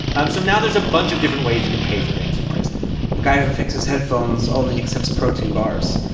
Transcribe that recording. um so now there's a bunch of different ways you can pay for things in prison the guy who fixes headphones only accepts protein bars.